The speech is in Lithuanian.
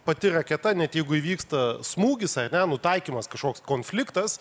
pati raketa net jeigu įvyksta smūgis ane nutaikymas kažkoks konfliktas